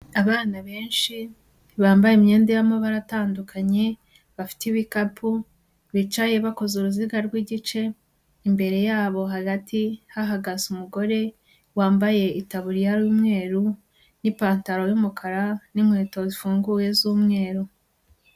Abana benshi bambaye imyenda y'amabara atandukanye, bafite ibikapu, bicaye bakoze uruziga rw'igice, imbere yabo hagati hahagaze umugore wambaye itaburiya y'umweru n'ipantaro y'umukara n'inkweto zifunguye z'umweru.